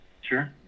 Sure